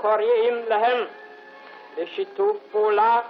וקוראים להם לשיתוף פעולה,